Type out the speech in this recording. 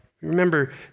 Remember